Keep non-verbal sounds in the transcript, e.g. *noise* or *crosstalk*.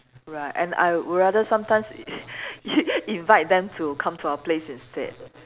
right and I'd rather sometimes *laughs* in~ invite them to come to our place instead